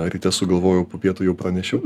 ryte sugalvojau po pietų jau pranešiau